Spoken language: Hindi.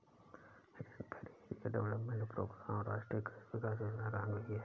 रेनफेड एरिया डेवलपमेंट प्रोग्राम राष्ट्रीय कृषि विकास योजना का अंग ही है